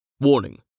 Warning